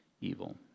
evil